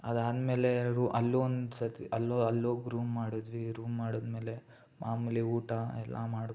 ಅದಾದಮೇಲೆ ಎಲ್ರೂ ಅಲ್ಲೊಂದ್ಸತಿ ಅಲ್ಲೂ ಅಲ್ಲೋಗಿ ರೂಮ್ ಮಾಡಿದ್ವಿ ರೂಮ್ ಮಾಡಿದ್ಮೇಲೆ ಮಾಮೂಲಿ ಊಟ ಎಲ್ಲ ಮಾಡ್ಕೊಂಡು